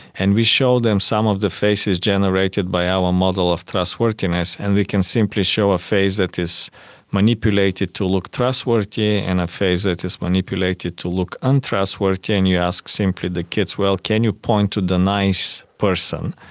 and we showed them some of the faces generated by our model of trustworthiness, and we can simply show a face that is manipulated to look trustworthy and a face that is manipulated to look untrustworthy and you ask simply the kids, well, can you point to the nice person?